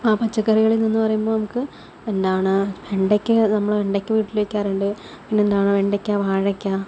ആ പച്ചക്കറികളിൽ നിന്ന് പറയുമ്പോൾ നമുക്ക് എന്താണ് വെണ്ടയ്ക്ക നമ്മൾ വെണ്ടയ്ക്ക വീട്ടിൽ വയ്ക്കാറുണ്ട് പിന്നെ എന്താണ് വെണ്ടയ്ക്ക വാഴയ്ക്ക